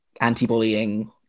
anti-bullying